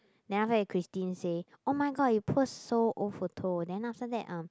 then after that Christine say oh-my-god you post so old photo then after that um